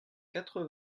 quatre